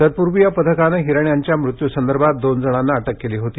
तत्पूर्वी या पथकानं हिरण यांच्या मृत्यू संदर्भात दोन जणांना अटक केली होती